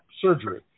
surgery